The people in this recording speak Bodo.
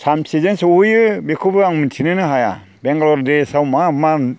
सानबेसेजों सहैयो बेखौबो आं मिन्थिनोनो हाया बेंगालर देसाव मा मा